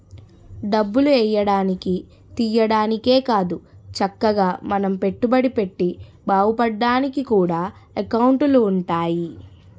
డబ్బులు ఎయ్యడానికి, తియ్యడానికే కాదు చక్కగా మనం పెట్టుబడి పెట్టి బావుపడ్డానికి కూడా ఎకౌంటులు ఉంటాయి